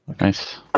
Nice